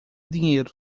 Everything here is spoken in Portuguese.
dinheiro